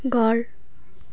घर